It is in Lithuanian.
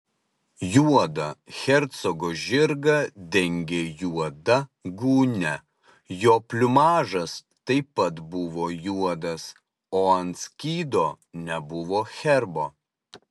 juodą hercogo žirgą dengė juoda gūnia jo pliumažas taip pat buvo juodas o ant skydo nebuvo herbo